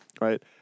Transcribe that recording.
right